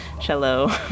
cello